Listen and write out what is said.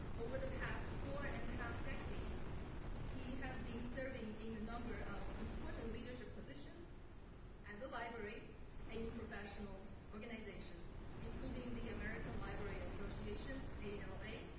over the past four and a half decades he has been serving in a number of important leadership positions at the library and in professional organizations including the american library association, ala,